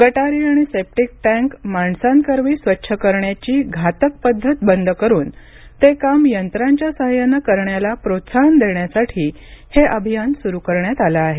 गटारी आणि septic tank माणसांकरवी स्वच्छ करण्याची घातक पद्धत बंद करुन ते काम यंत्रांच्या साह्यानं करण्याला प्रोत्साहन देण्यासाठी हे अभियान सुरू करण्यात आलं आहे